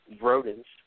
rodents